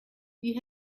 you